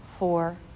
four